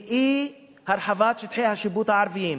ואי-הרחבת שטחי השיפוט הערביים